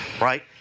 right